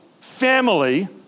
family